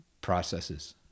processes